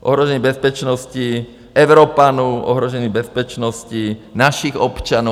Ohrožení bezpečnosti Evropanů, ohrožení bezpečnosti našich občanů.